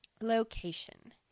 Location